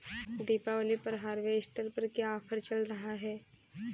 दीपावली पर हार्वेस्टर पर क्या ऑफर चल रहा है?